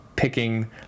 Picking